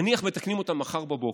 נניח מתקנים אותן מחר בבוקר,